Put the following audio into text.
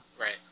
Right